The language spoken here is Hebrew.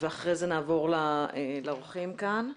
ואחרי זה נעבור לאורחים כאן.